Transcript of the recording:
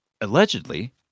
allegedly